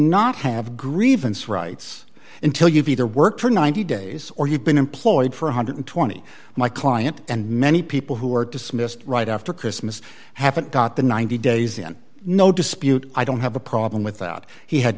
not have grievance rights until you've either worked for ninety days or you've been employed for one hundred and twenty my client and many people who are dismissed right after christmas haven't got the ninety days in no dispute i don't have a problem with that he had